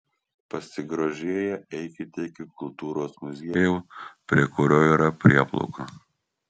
pasigrožėję eikite iki kultūros muziejaus prie kurio yra prieplauka